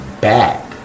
back